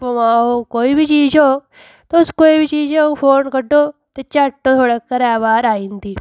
भामां ओह् कोई बी चीज़ होग तुस कोई बी चीज़ होग फ़ोन कड्ढो ते झट्ट थुआढ़े घरै बाह्र आई अंदी